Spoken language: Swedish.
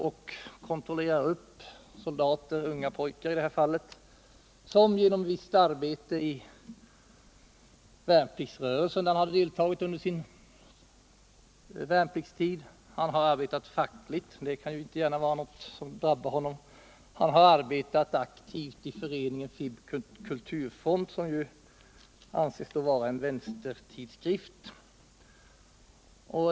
Man kontrollerar alltså i detta fall en ung pojke, som gjon visst arbete i värnpliktsrörelsen under sin värnpliktstid, som arbetat fackligt —- det kan inte gärna vara något som diskvalificerar honom i detta sammanhang - och som arbetat aktivt i Föreningen Folket i Bild kulturfront, dvs. för ett organ som anses vara en vänstertidskrift.